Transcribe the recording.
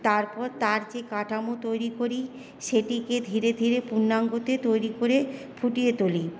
তারপর তার যে কাঠামো তৈরি করি সেটিকে ধীরে ধীরে পূর্ণাঙ্গতে তৈরি করে ফুটিয়ে তুলি